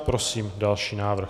Prosím o další návrh.